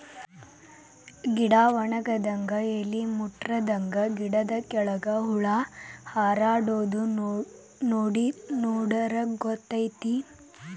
ಗಿಡಾ ವನಗಿದಂಗ ಎಲಿ ಮುಟ್ರಾದಂಗ ಗಿಡದ ಕೆಳ್ಗ ಹುಳಾ ಹಾರಾಡುದ ನೋಡಿರ ಗೊತ್ತಕೈತಿ